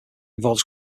involves